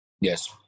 Yes